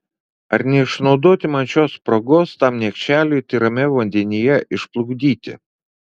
ar neišnaudoti man šios progos tam niekšeliui tyrame vandenyje išplukdyti